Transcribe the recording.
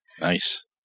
Nice